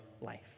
life